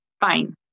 fine